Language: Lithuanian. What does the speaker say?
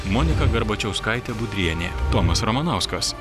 monika garbačiauskaitė budrienė tomas ramanauskas